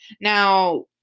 Now